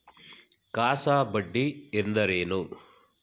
CASA ಬಡ್ಡಿ ಎಂದರೇನು?